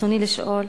ברצוני לשאול: